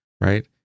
right